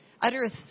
uttereth